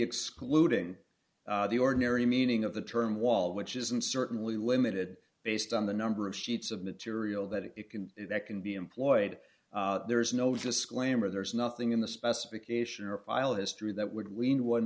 excluding the ordinary meaning of the term wall which isn't certainly limited based on the number of sheets of material that it can that can be employed there is no disclaimer there's nothing in the specification or a file history that would lean one